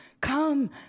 come